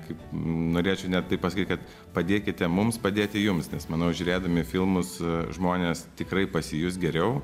kaip norėčiau net taip pasakyt kad padėkite mums padėti jums nes manau žiūrėdami filmus žmonės tikrai pasijus geriau